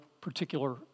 particular